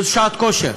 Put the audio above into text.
זו שעת כושר.